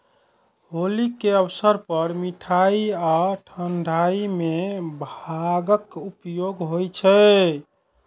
होली के अवसर पर मिठाइ आ ठंढाइ मे भांगक उपयोग होइ छै